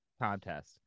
contest